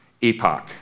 epoch